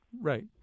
right